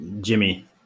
Jimmy